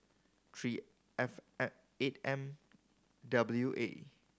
three F eight M W A